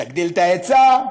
תגדיל את ההיצע,